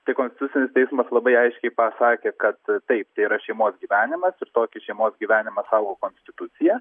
tai konstitucinis teismas labai aiškiai pasakė kad taip tai yra šeimos gyvenimas ir tokį šeimos gyvenimą saugo konstitucija